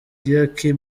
ykee